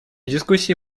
дискуссии